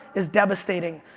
is devastating.